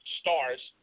stars